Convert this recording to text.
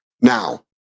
Now